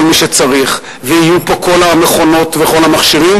מי שצריך ויהיו פה כל המכונות וכל המכשירים,